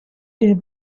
day